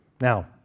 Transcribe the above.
Now